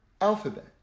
alphabet